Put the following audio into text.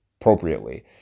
appropriately